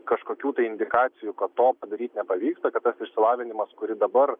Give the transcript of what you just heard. kažkokių tai indikacijų kad to padaryt nepavyksta kad tas išsilavinimas kurį dabar